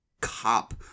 cop